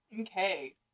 Okay